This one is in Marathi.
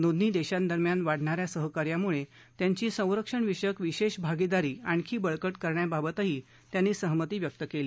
दोन्ही देशांदरम्यान वाढणाऱ्या सहकार्यामुळे त्यांची संरक्षणविषयक विशेष भागीदारी आणखी बळकट करण्याबाबतही त्यांनी सहमती व्यक्त केली